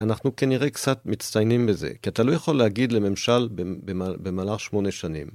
אנחנו כנראה קצת מצטיינים בזה, כי אתה לא יכול להגיד לממשל במהלך שמונה שנים.